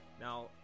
Now